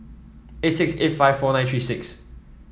eight six eight five four nine three six